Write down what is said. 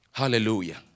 Hallelujah